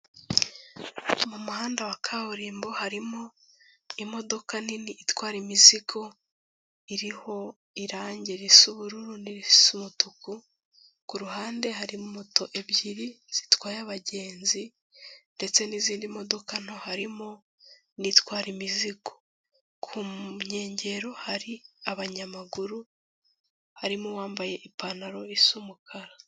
Mu muhanda wa kaburimbo, harimo imodoka nini itwara imizigo, iriho irangi risa ubururu n'irisa umutuku, ku ruhande hari moto ebyiri zitwaye abagenzi ndetse n'izindi modoka nto harimo n'itwara imizigo. Ku nkengero hari abanyamaguru, harimo uwambaye ipantaro isa umukara.